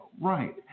Right